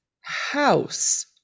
house